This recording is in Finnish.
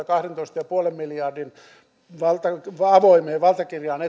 kahdentoista pilkku viiden miljardin avoimeen valtakirjaan